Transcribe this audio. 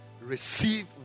Receive